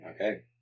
Okay